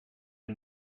are